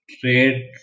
Trade